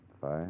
five